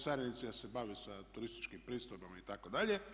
Carinici se bave sa turističkim pristojbama itd.